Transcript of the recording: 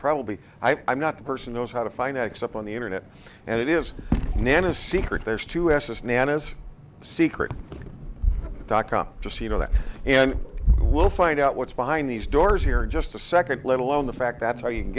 probably i'm not the person knows how to find out except on the internet and it is nana secret there's two s s nana's secret dot com just you know that and we'll find out what's behind these doors here in just a second let alone the fact that so you can